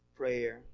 prayer